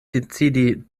decidi